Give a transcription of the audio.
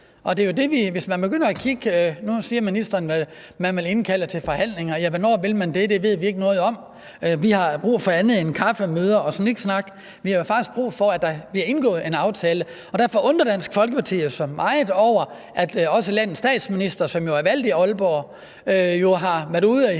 hvornår vil man det? Det ved vi ikke noget om. Vi har brug for andet end kaffemøder og sniksnak. Vi har faktisk brug for, at der bliver indgået en aftale, og derfor undrer Dansk Folkeparti sig jo meget over, at også landets statsminister, som jo er valgt i Aalborg, har været ude i